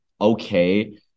okay